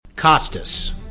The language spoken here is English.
Costas